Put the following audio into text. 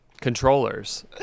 controllers